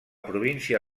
província